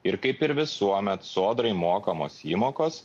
ir kaip ir visuomet sodrai mokamos įmokos